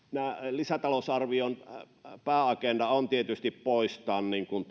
lisätalousarvion pääagenda on tietysti poistaa